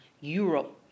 Europe